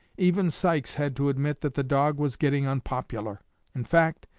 even sykes had to admit that the dog was getting unpopular in fact,